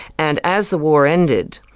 and as the war ended,